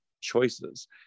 choices